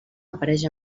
apareix